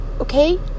Okay